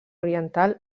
oriental